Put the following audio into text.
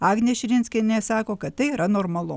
agnė širinskienė sako kad tai yra normalu